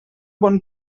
bon